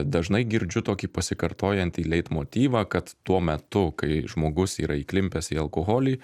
dažnai girdžiu tokį pasikartojantį leitmotyvą kad tuo metu kai žmogus yra įklimpęs į alkoholį